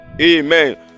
amen